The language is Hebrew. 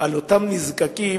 על אותם נזקקים,